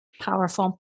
Powerful